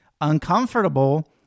uncomfortable